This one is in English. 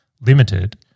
limited